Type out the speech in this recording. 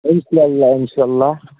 اِنشاء اَللّہ اِنشاء اَللّہ